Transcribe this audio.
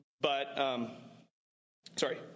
but—sorry